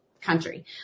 country